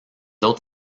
autres